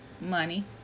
Money